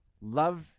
Love